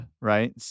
right